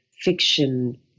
fiction